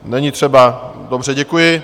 Není třeba, dobře, děkuji.